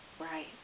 right